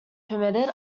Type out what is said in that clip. permitted